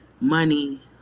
money